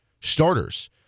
starters